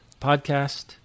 podcast